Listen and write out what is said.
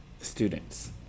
Students